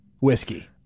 Whiskey